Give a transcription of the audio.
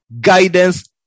guidance